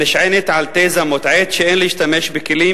הנשענת על תזה מוטעית שאין להשתמש בכלים